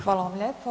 Hvala vam lijepo.